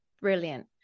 brilliant